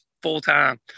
full-time